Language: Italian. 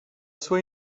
sua